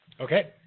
Okay